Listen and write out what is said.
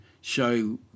show